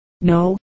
No